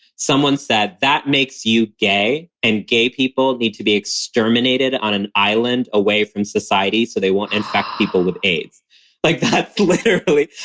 someone said that makes you gay and gay people need to be exterminated on an island away from society. so they won't infect people with aids like that's literally.